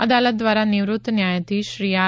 અદાલત દ્વારા નિવૃત્ત ન્યાયાધીશ શ્રી આર